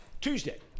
Tuesday